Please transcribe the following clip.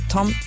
Tom